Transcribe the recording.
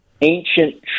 ancient